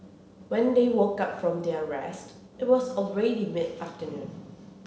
when they woke up from their rest it was already mid afternoon